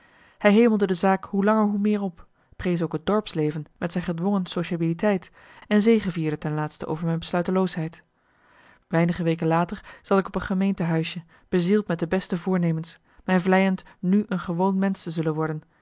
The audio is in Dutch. hij hemelde de zaak hoe langer hoe meer op prees ook het dorpsleven met zijn gedwongen sociabiliteit en zegevierde ten laatste over mijn besluiteloosheid weinige weken later zat ik op een gemeentehuisje bezield met de beste voornemens mij vleiend nu een gewoon mensch te zullen worden